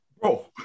Bro